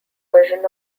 version